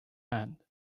hand